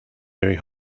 mary